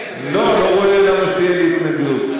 אני לא רואה למה שתהיה לי התנגדות.